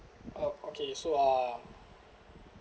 oh okay so ah